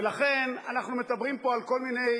ולכן, אנחנו מדברים פה על כל מיני